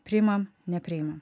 priimam nepriimam